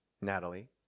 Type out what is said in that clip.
Natalie